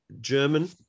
German